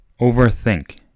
overthink